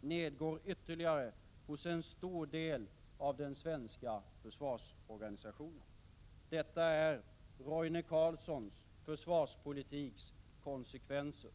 nedgår ytterligare hos en stor del av den svenska försvarsorganisationen. Detta är Roine Carlssons försvarspolitiks konsekvenser.